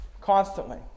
constantly